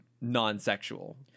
non-sexual